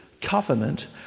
covenant